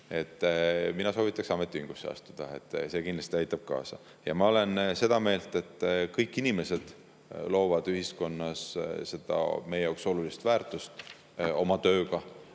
Mina soovitaks ametiühingusse astuda. See kindlasti aitab kaasa. Ma olen seda meelt, et kõik inimesed loovad ühiskonnas meie jaoks olulist väärtust ja